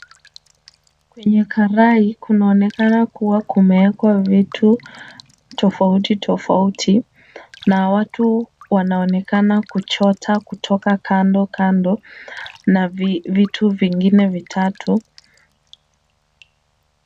Kwenye karai, kunaonekana kuwa kumeekwa vitu tofauti tofauti na watu wanaonekana kuchota kutoka kandokando na vitu vingine vitatu.